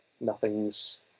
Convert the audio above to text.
nothing's